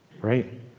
Right